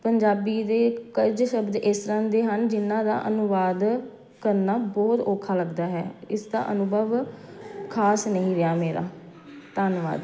ਪੰਜਾਬੀ ਦੇ ਕੁਝ ਸ਼ਬਦ ਇਸ ਤਰ੍ਹਾਂ ਦੇ ਹਨ ਜਿਹਨਾਂ ਦਾ ਅਨੁਵਾਦ ਕਰਨਾ ਬਹੁਤ ਔਖਾ ਲੱਗਦਾ ਹੈ ਇਸ ਦਾ ਅਨੁਭਵ ਖਾਸ ਨਹੀਂ ਰਿਹਾ ਮੇਰਾ ਧੰਨਵਾਦ